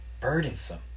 burdensome